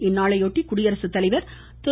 இந்நாளையொட்டி குடியரசு தலைவர் திரு